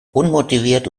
unmotiviert